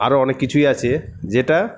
আরও অনেক কিছুই আছে যেটা